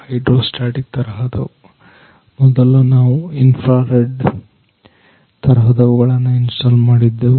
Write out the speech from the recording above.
hydro static ತರಹದವು ಮೊದಲು ನಾವು ಇನ್ಫ್ರ ರೆಡ್ ತರಹದವುಗಳನ್ನು ಇನ್ಸ್ಟಾಲ್ ಮಾಡಿದ್ದೆವು